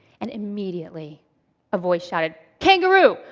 and immediately a voice shouted, kangaroo!